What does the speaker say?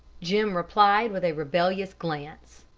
jim replied with a rebellious glance.